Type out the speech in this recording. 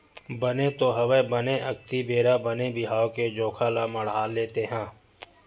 बने तो हवय बने अक्ती बेरा बने बिहाव के जोखा ल मड़हाले तेंहा